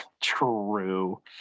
True